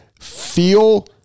feel